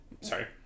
Sorry